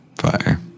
Fire